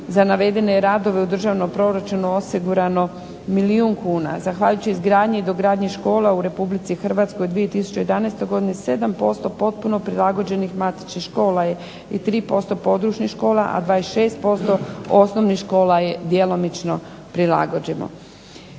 za navedene radove je u državnom proračunu osigurano milijun kuna, zahvaljujući izgradnji i dogradnji škola u Republici Hrvatskoj u 2011. godini 7% potpuno prilagođenih matičnih škola i 3% podružnih škola, a 26% osnovnih škola je djelomično prilagođeno.